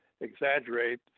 exaggerate